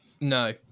no